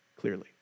clearly